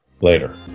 Later